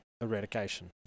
eradication